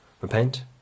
repent